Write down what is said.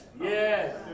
yes